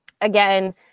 again